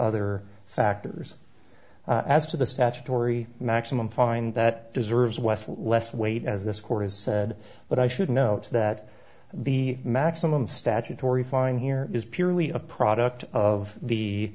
other factors as to the statutory maximum find that deserves west less weight as this court has said but i should note that the maximum statutory fine here is purely a product of the